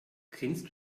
kennst